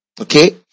Okay